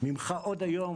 ממך עוד היום,